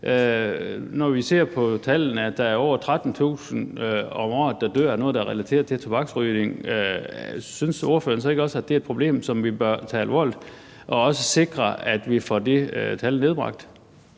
Når vi ser på tallene, der viser, at der er over 13.000 om året, som dør af noget, der er relateret til tobaksrygning, synes ordføreren så ikke også, at det er et problem, som vi bør tage alvorligt, og at vi også bør sikre, at vi får det tal nedbragt?